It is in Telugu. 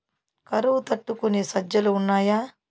కరువు తట్టుకునే సజ్జలు ఉన్నాయా